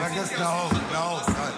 חבר הכנסת נאור, די.